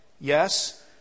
Yes